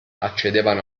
accedevano